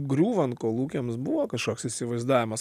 griūvant kolūkiams buvo kažkoks įsivaizdavimas